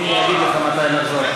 אני אגיד לך מתי לחזור.